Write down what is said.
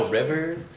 rivers